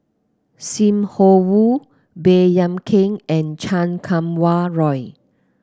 Sim Wong Hoo Baey Yam Keng and Chan Kum Wah Roy